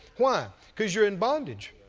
why? because you're in bondage.